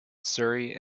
surrey